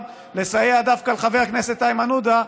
לסייע דווקא לחבר הכנסת איימן עודה,